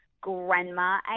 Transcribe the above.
grandma